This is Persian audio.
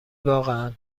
واقعا